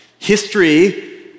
History